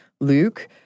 Luke